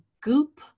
Goop